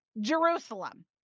Jerusalem